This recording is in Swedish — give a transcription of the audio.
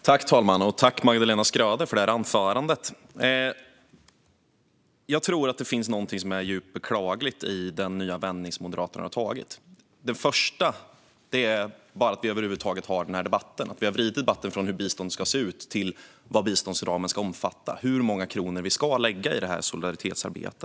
Fru talman! Jag tackar Magdalena Schröder för anförandet. Det finns något djupt beklagligt i den nya vändning som Moderaterna har gjort. För det första handlar det om att det har vridit debatten från hur bistånd ska se ut till vad biståndsramen ska omfatta, det vill säga hur många kronor vi ska lägga på detta solidaritetsarbete.